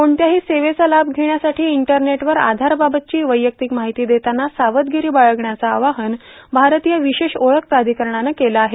कोणत्याही सेवेचा लाभ घेण्यासाठी इंटरनेटवर आधारबाबतची वैयक्तिक माहिती देताना सावधगिरी बाळगण्याचं आवाहन भारतीय विशेष ओळख प्राधिकरणानं केलं आहे